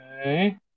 Okay